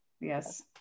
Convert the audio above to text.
Yes